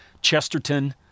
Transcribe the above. chesterton